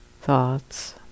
thoughts